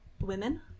women